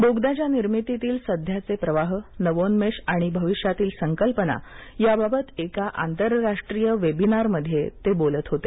बोगद्याच्यानिर्मितीतील सध्याचे प्रवाहनवोन्मेश आणिभविष्यातील संकल्पना या बाबत एका आंतरराष्ट्रीय वेबिनार मध्ये ते बोलत होते